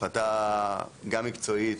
החלטה גם מקצועית,